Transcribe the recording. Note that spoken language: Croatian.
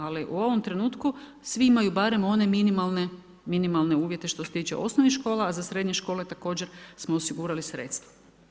Ali u ovom trenutku svi imaju barem one minimalne uvjete što se tiče osnovnih škola a za srednje škole smo osigurali sredstva.